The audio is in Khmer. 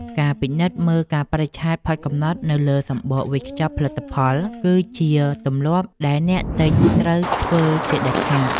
ការពិនិត្យមើលកាលបរិច្ឆេទផុតកំណត់នៅលើសំបកវេចខ្ចប់ផលិតផល គឺជាទម្លាប់ដែលអ្នកទិញត្រូវធ្វើជាដាច់ខាត។